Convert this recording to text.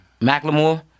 McLemore